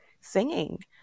singing